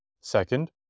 Second